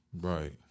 Right